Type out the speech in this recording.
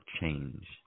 change